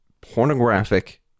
pornographic